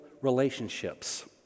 relationships